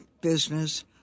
business